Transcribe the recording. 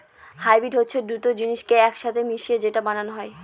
hybrid হচ্ছে দুটো জিনিসকে এক সাথে মিশিয়ে যেটা বানানো হয়